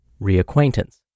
reacquaintance